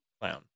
clown